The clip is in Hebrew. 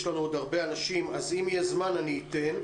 אם יהיה לנו זמן אני אתן,